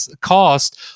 cost